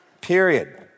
period